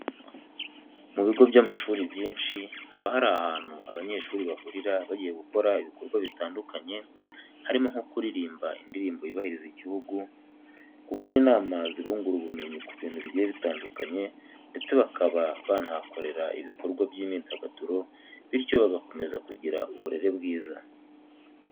Mu bigo by'amashuri byinshi haba hari ahantu abanyeshuri bahurira bagiye gukora ibikorwa bitandukanye harimo nko kuririmba indirimbo yubahiriza igihugu, gukora inama zibungura ubumenyi ku bintu bigiye bitandukanye ndetse bakaba banahakorera ibikorwa by'imyidagaduro bityo bagakomeza kugira uburere bwiza.